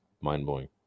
mind-blowing